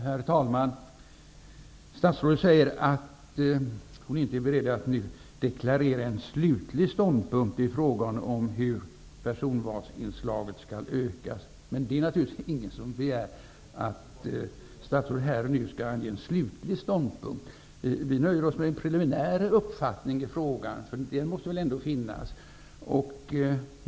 Herr talman! Statsrådet säger att hon inte är beredd att nu deklarera en slutlig ståndpunkt i fråga om hur personvalsinslaget skall ökas, men det är naturligtvis ingen som begär att statsrådet här och nu skall ange en slutlig ståndpunkt. Vi nöjer oss med en preliminär uppfattning i frågan, för en sådan måste väl ändå finnas.